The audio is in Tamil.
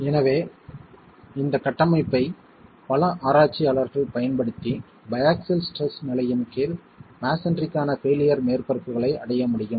எனவே இந்த கட்டமைப்பை பல ஆராய்ச்சியாளர்கள் பயன்படுத்தி பையாக்ஸில் ஸ்ட்ரெஸ் நிலையின் கீழ் மஸோன்றிக்கான பெயிலியர் மேற்பரப்புகளை அடைய முடியும்